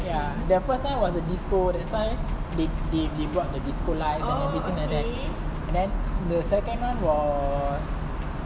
ya the first one was the disco that why they they bought the disco lights and everything else like that and then the second one was